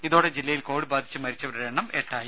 ഇതോടെ ജില്ലയിൽ കോവിഡ് ബാധിച്ച് മരിച്ചവരുടെ എണ്ണം എട്ടായി